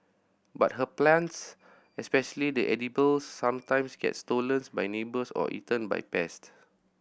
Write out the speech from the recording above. but her plants especially the edibles sometimes get stolen by neighbours or eaten by pest